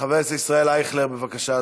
חבר הכנסת ישראל אייכלר, בבקשה,